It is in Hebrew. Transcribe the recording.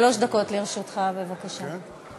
שלוש דקות לרשותך, בבקשה.